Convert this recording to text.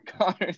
Connor